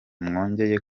mwongeye